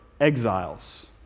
exiles